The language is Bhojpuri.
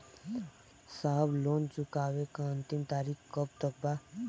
साहब लोन चुकावे क अंतिम तारीख कब तक बा?